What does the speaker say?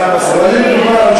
יש עזרת נשים.